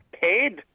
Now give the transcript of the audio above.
paid